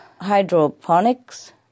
hydroponics